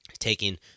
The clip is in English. taking